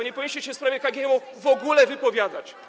Nie powinniście się w sprawie KGHM-u w ogóle wypowiadać.